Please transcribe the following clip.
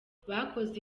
bakoze